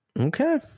Okay